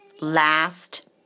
last